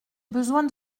besoin